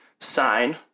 sign